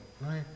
right